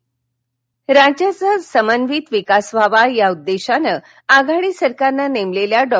विधान परिषद राज्याचा समन्यायी विकास व्हावा या उद्देशानं आघाडी सरकारनं नेमलेल्या डॉ